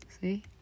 See